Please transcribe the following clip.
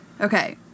okay